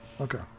Okay